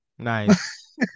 Nice